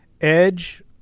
Edge